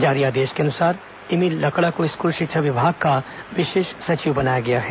जारी आदेश के अनुसार ईमिल लकड़ा को स्कूल शिक्षा विभाग का विशेष सचिव बनाया गया है